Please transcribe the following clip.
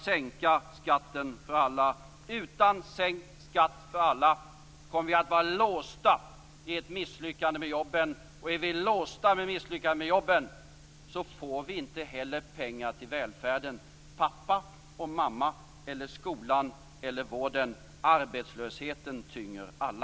Ge besked om det i dag! Utan sänkt skatt för alla kommer vi att vara låsta i ett misslyckande med jobben. Är vi låsta i ett misslyckande med jobben får vi inte heller pengar till välfärden, till pappa och mamma, till skolan eller vården. Arbetslösheten tynger alla.